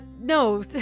no